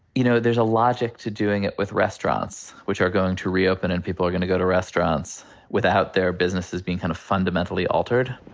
you know, there's a logic to doing it with restaurants, which are going to reopen and people are gonna go to restaurants without their businesses being kind of fundamentally altered.